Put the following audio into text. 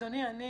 אדוני, אני